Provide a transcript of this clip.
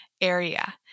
area